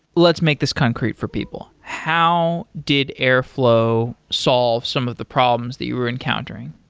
let's make this concrete for people. how did airflow solve some of the problems that you were encountering?